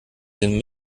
den